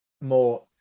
more